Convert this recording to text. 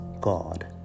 God